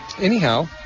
anyhow